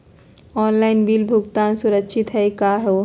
Online bill भुगतान सुरक्षित हई का हो?